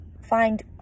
Find